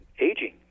aging